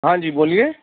ہاں جی بولیے